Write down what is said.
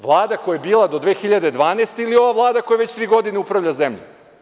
Vlada koja je bila do 2012. godine ili ova Vlada koja već tri godine upravlja zemljom?